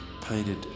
painted